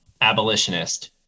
Abolitionist